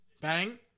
Bang